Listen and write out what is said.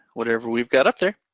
whatever we've got up there.